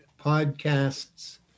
podcasts